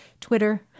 twitter